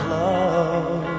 love